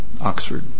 Oxford